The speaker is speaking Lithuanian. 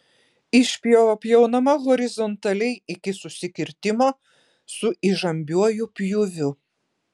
išpjova pjaunama horizontaliai iki susikirtimo su įžambiuoju pjūviu